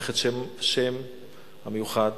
מברך עם השם המיוחד,